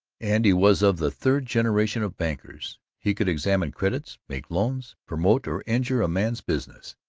and he was of the third generation of bankers. he could examine credits, make loans, promote or injure a man's business.